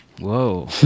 Whoa